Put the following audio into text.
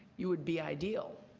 you would be ideaal.